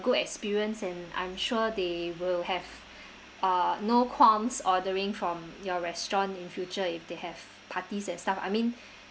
good experience and I'm sure they will have uh no qualms ordering from your restaurant in future if they have parties and stuff I mean